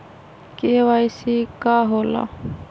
KYC का होला?